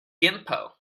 gimpo